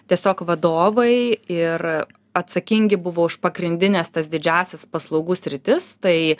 tiesiog vadovai ir atsakingi buvo už pagrindines tas didžiąsias paslaugų sritis tai